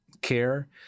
care